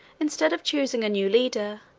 instead of choosing a new leader,